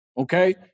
okay